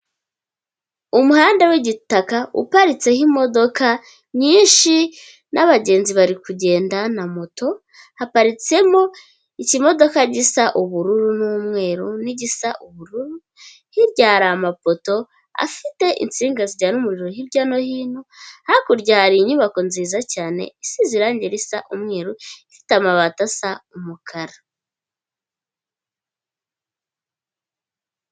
Umuhanda w'igitaka uparitseho imodoka nyinshi n'abagenzi bari kugenda na moto, haparitsemo ikimodoka gisa ubururu n'umweru n'igisa ubururu hirya hari amapoto afite insinga zijyana umuriro hirya no hino, hakurya hari inyubako nziza cyane isize irangi risa umweru ifite amabati asa umukara.